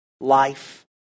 life